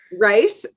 Right